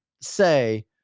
say